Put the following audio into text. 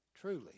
truly